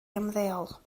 ymddeol